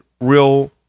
real